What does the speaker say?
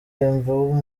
imvubu